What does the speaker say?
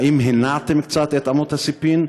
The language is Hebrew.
האם הנעתם קצת את אמות הספים?